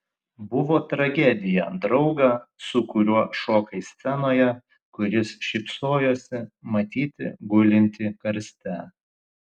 buvo tragedija draugą su kuriuo šokai scenoje kuris šypsojosi matyti gulintį karste